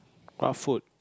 what food